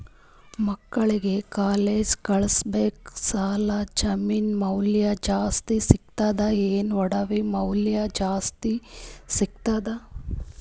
ಮಕ್ಕಳಿಗ ಕಾಲೇಜ್ ಕಳಸಬೇಕು, ಸಾಲ ಜಮೀನ ಮ್ಯಾಲ ಜಾಸ್ತಿ ಸಿಗ್ತದ್ರಿ, ಏನ ಒಡವಿ ಮ್ಯಾಲ ಜಾಸ್ತಿ ಸಿಗತದ?